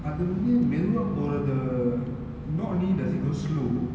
அதுவந்து மெதுவா போரது:athuvanthu methuvaa porathu not only does it go slow